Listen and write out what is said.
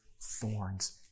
thorns